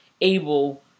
able